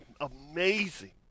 amazing